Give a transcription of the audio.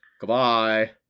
goodbye